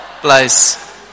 place